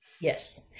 Yes